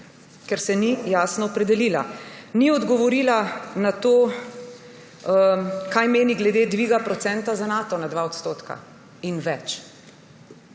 ker se ni jasno opredelila. Ni odgovorila na to, kaj meni glede dviga odstotka za Nato na 2 % in več.